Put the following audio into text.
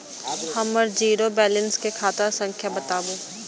हमर zero balance के खाता संख्या बतबु?